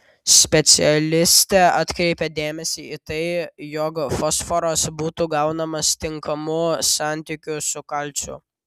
specialistė atkreipia dėmesį į tai jog fosforas būtų gaunamas tinkamu santykiu su kalciu